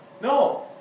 No